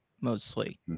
Mostly